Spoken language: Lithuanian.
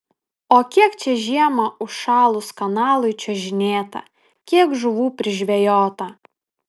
o kiek čia žiemą užšalus kanalui čiuožinėta kiek žuvų prižvejota